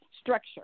structure